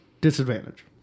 disadvantage